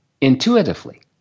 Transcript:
intuitively